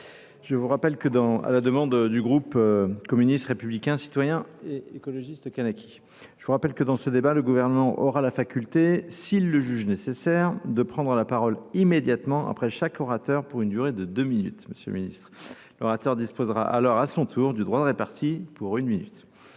Je vous rappelle que dans la demande du groupe communiste, républicain, citoyen et écologiste Kanaqui. Je vous rappelle que dans ce débat, le gouvernement aura la faculté, s'il le juge nécessaire, de prendre la parole immédiatement après chaque orateur pour une durée de deux minutes, Monsieur le Ministre. L'orateur disposera alors à son tour du droit de répartie pour une minute.